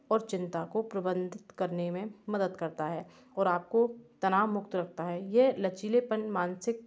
और चिंता को प्रबंधित करने में मदत करता है और आपको तनावमुक्त रखता है यह लचीलेपन मानसिक